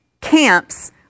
camps